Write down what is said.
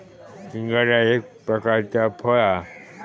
शिंगाडा एक प्रकारचा फळ हा